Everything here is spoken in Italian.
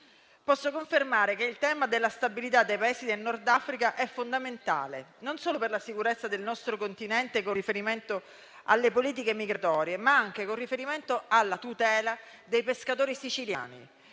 posso confermare che il tema della stabilità dei Paesi del Nord Africa è fondamentale, non solo per la sicurezza del nostro continente con riferimento alle politiche migratorie, ma anche per la tutela dei pescatori siciliani,